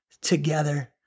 together